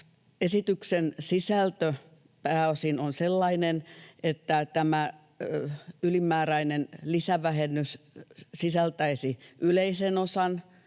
esityksen sisältö on pääosin sellainen, että tämä ylimääräinen lisävähennys sisältäisi yleisen osan,